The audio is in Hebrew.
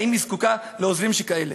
האם היא זקוקה לעוזרים שכאלה?